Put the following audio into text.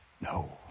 No